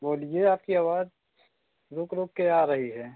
बोलिए आपकी आवाज़ रुक रुककर आ रही है